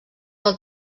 del